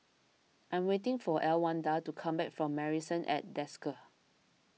I am waiting for Elwanda to come back from Marrison at Desker